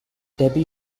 debbie